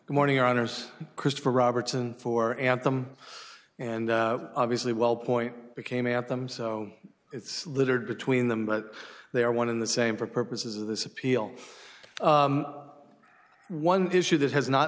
good morning honors christopher robertson for anthem and obviously well point became at them so it's littered between them but they are one in the same for purposes of this appeal one issue that has not